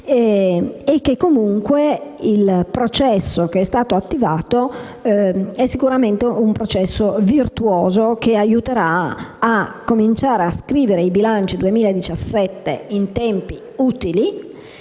e comunque il processo che è stato attivato è sicuramente un processo virtuoso, che aiuterà a cominciare a scrivere i bilanci per il 2017 in tempi utili.